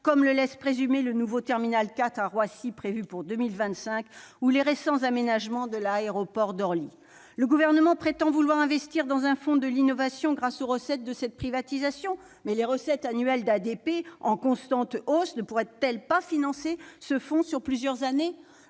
comme le laissent présumer le nouveau terminal 4 à Roissy, prévu pour 2025, ou les récents aménagements de l'aéroport d'Orly. Le Gouvernement prétend vouloir investir dans un fonds pour l'innovation grâce aux recettes de cette privatisation. Les recettes annuelles d'ADP, en constante hausse, ne pourraient-elles financer ce fonds sur plusieurs années ?